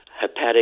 hepatic